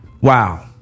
wow